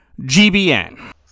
GBN